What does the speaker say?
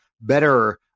better